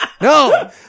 no